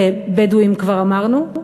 ובדואים כבר אמרנו?